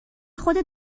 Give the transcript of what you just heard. خودت